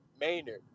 Maynard